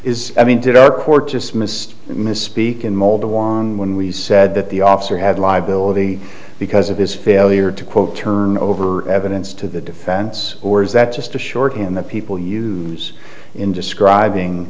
is i mean did our court just missed misspeak in malta won when we said that the officer had live below the because of his failure to quote turn over evidence to the defense or is that just a shorthand that people use in describing